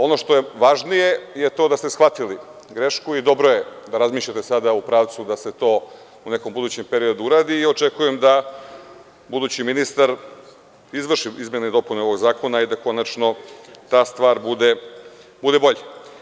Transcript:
Ono što je važnije je to da ste shvatili grešku i dobro je da razmišljate sada u pravcu da se to u nekom budućem periodu uradi i očekujem da budući ministar izvrši izmene i dopune ovog zakona i da konačno ta stvar bude bolja.